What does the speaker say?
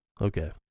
Okay